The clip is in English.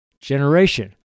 generation